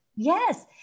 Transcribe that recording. Yes